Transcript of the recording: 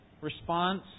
response